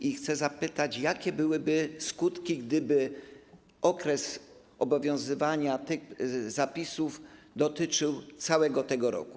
I chcę też zapytać: Jakie byłyby skutki, gdyby okres obowiązywania tych zapisów dotyczył całego tego roku?